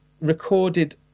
recorded